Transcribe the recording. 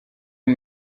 uyu